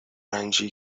رنجی